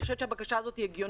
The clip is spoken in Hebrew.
אני חושבת שהבקשה הזו הגיונית,